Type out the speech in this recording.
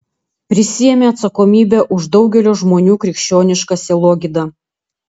prisiėmė atsakomybę už daugelio žmonių krikščionišką sielogydą